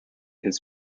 his